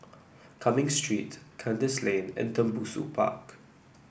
Cumming Street Kandis Lane and Tembusu Park